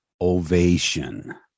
ovation